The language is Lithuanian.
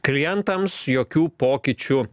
klientams jokių pokyčių